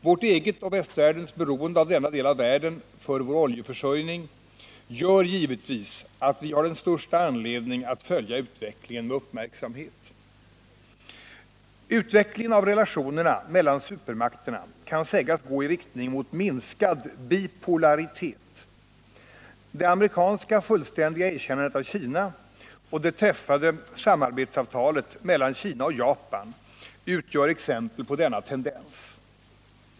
Vårt eget och västvärldens beroende av denna del av världen för vår oljeförsörjning gör givetvis att vi har den största anledning att följa utvecklingen med uppmärksamhet. Utvecklingen av relationerna mellan supermakterna kan sägas gå i riktning mot minskad bipolaritet. Det amerikanska fullständiga erkännandet av Kina och det träffade samarbetsavtalet mellan Kina och Japan utgör exempel på denna tendens.